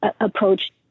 approach